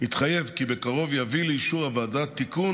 התחייב כי בקרוב יביא לאישור הוועדה תיקון